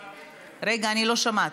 רגע, אני לא שומעת.